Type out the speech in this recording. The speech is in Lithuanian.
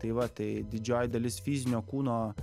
tai va tai didžioji dalis fizinio kūno